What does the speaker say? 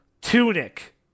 Tunic